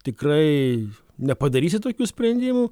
tikrai nepadarysi tokių sprendimų